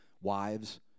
wives